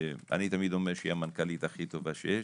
אני תמיד אומר שהיא המנכ"לית הכי טובה שיש.